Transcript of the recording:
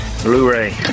Blu-ray